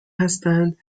هستند